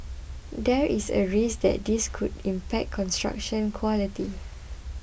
there is a risk that this could impact construction quality